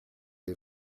est